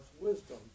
wisdom